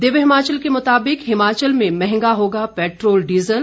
दिव्य हिमाचल के मुताबिक हिमाचल में महंगा होगा पेट्रोल डीजल